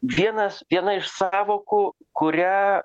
vienas viena iš sąvokų kurią